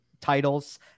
titles